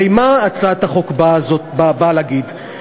הרי מה הצעת החוק הזאת באה להגיד?